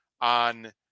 on